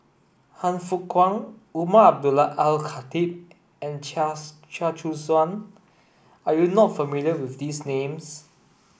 Han Fook Kwang Umar Abdullah Al Khatib and Chia's Chia Choo Suan are you not familiar with these names